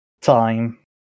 time